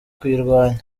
kuyirwanya